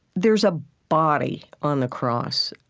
there's a body on the cross.